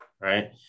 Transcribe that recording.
Right